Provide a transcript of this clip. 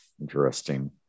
interesting